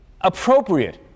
appropriate